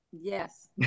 yes